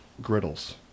griddles